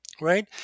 right